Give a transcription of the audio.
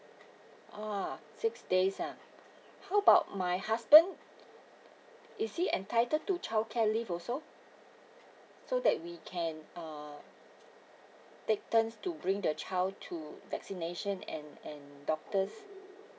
a'ah six days ah how about my husband is he entitled to childcare leave also so that we can uh take turns to bring the child to vaccination and and doctors